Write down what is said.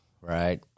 right